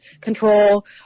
control